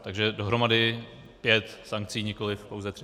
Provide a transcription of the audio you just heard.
Takže dohromady pět sankcí, nikoliv pouze tři.